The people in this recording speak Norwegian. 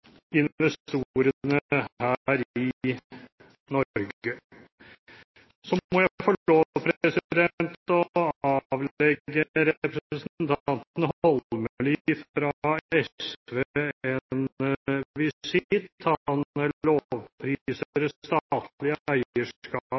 investorene her i Norge. Så må jeg få lov til å avlegge representanten Holmelid fra SV en